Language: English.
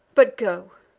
but go!